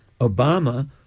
Obama